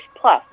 plus